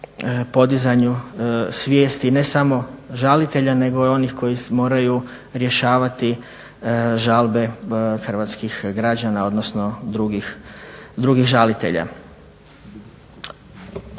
podizanju svijesti ne samo žalitelja nego i onih koji moraju rješavati žalbe hrvatskih građana, odnosno drugih žalitelja.